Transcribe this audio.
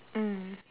mm